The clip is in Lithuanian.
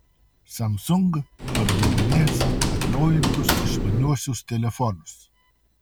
samsung pardavinės atnaujintus išmaniuosius telefonus